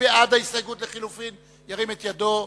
בעד ההסתייגות לחלופין, ירים את ידו.